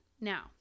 Now